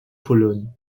pologne